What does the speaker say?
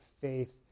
faith